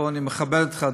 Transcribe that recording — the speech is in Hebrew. אני מכבד אותך,